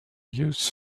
used